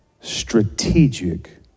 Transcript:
strategic